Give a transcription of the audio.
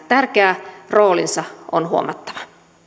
tärkeä roolinsa on huomattava